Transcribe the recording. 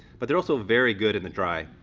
but they're also very good in the dry.